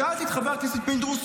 שאלתי את חבר הכנסת פינדרוס,